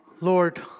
Lord